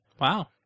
Wow